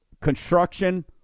construction